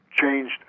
changed